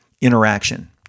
interaction